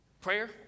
Prayer